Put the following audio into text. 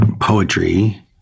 poetry